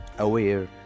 Aware